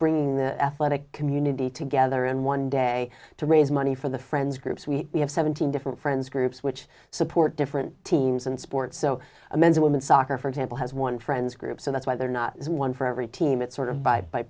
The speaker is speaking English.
bringing the athletic community together in one day to raise money for the friends groups we have seventeen different friends groups which support different teams and sport so a mentor women's soccer for example has one friends group so that's why they're not one for every team it's sort of by by